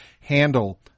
handle